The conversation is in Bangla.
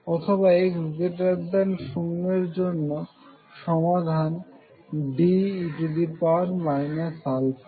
অথবা x0 এর জন্য সমাধান D e αx